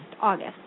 August